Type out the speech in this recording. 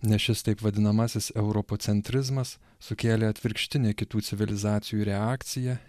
nes šis taip vadinamasis europocentrizmas sukėlė atvirkštinę kitų civilizacijų reakciją